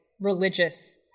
religious